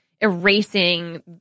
erasing